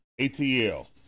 ATL